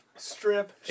Strip